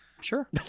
Sure